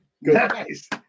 Nice